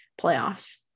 playoffs